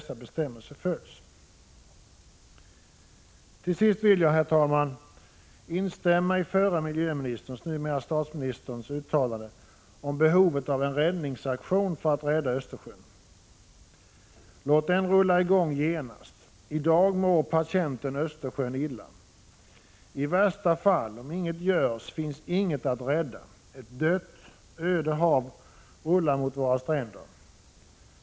1985/86:140 dessa bestämmelser följs. 14 maj 1986 Till sist vill jag, herr talman, instämma i uttalandet av förre miljöministern, numera statsministern, om behovet av en räddningsaktion för att rädda Östersjön. Låt den rulla i gång genast. I dag mår patienten Östersjön illa. I värsta fall, om inget görs, finns inget att rädda. Ett dött, öde hav rullar mot våra stränder.